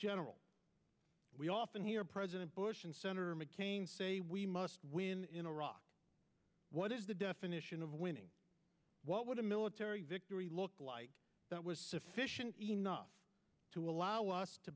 general we often hear president bush and senator mccain say we must win in iraq what is the definition of winning what would a military victory look like that was sufficient enough to allow us to